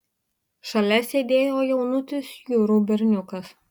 šalia sėdėjo jaunutis jurų berniukas